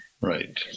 Right